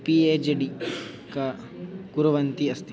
P H D क कुर्वन्ति अस्ति